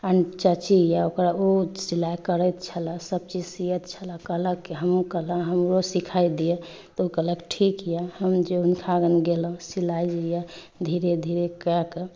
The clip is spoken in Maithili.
आन चाची यऽ ओकरा ओ सिलाइ करैत छला सबचीज सियैत छला कहलक की हमहू करब हमरो सिखाय दिअ तऽ ओ कहलक ठीक यऽ हम जे हुनका आँगन गेलहुॅं सिलाय जे यऽ धीरे धीरे कए कऽ